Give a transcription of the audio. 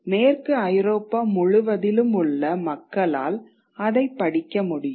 மேற்கு ஐரோப்பா முழுவதிலும் உள்ள மக்களால் அதைப் படிக்க முடியும்